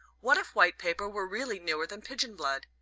what if white paper were really newer than pigeon blood?